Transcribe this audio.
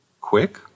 quick